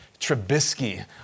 Trubisky